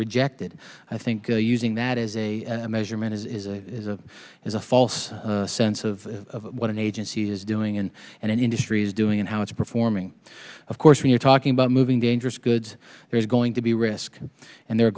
rejected i think using that as a measurement is a is a false sense of what an agency is doing and and industry is doing and how it's performing of course when you're talking about moving dangerous goods that are going to be risk and they're